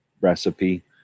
recipe